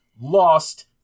lost